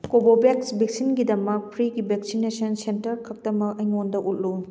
ꯀꯣꯕꯣꯕꯦꯛꯁ ꯚꯦꯛꯁꯤꯟꯒꯤꯗꯃꯛ ꯐ꯭ꯔꯤꯒꯤ ꯚꯦꯛꯁꯤꯅꯦꯁꯟ ꯁꯦꯟꯇꯔꯈꯛꯇꯃꯛ ꯑꯩꯉꯣꯟꯗ ꯎꯠꯂꯨ